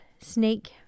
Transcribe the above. snake